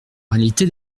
réalité